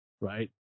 right